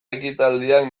ekitaldiak